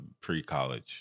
pre-college